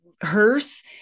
hearse